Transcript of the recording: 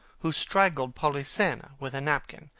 who strangled polyssena with a napkin,